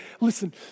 Listen